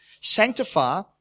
sanctify